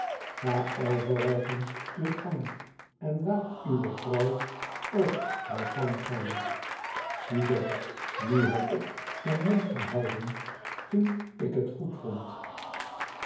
ga overigens uw gang en laat uwe vrouw ook haar gang gaan ziezoo nu heb ik mijn mond gehouden toen ik het goedvond